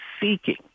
seeking